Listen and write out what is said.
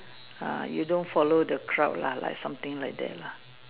ah you don't follow the crowd lah like something like that lah